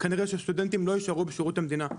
כנראה שסטודנטים לא יישארו בשירות המדינה,